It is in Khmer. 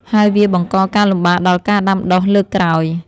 ហើយវាបង្កការលំបាកដល់ការដាំដុះលើកក្រោយ។